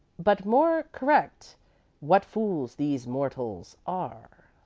but more correct what fools these mortals are!